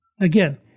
Again